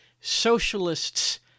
socialists